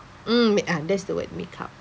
mm ma~ ah that's the word make up